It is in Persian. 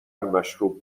مشروب